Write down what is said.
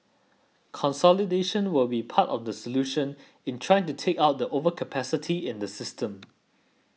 consolidation will be part of the solution in trying to take out the overcapacity in the system